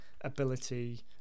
ability